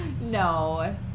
No